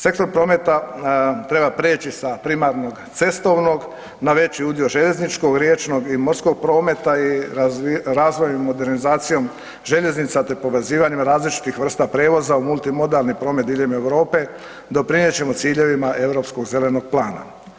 Sektor prometa treba preći sa primarnog cestovnog na veći udio željezničkog, riječnog i morskog prometa i razvojem i modernizacijom željeznica te povezivanjem različitih vrsta prijevoza u multimodalni promet diljem Europe doprinijet ćemo ciljevima Europskog zelenog plana.